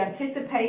anticipate